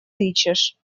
тычешь